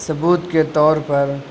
ثبوت کے طور پر